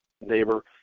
neighbor